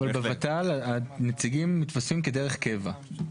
אבל בות"ל, נציגים מתווספים כדרך קבע.